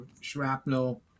shrapnel